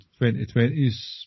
2020s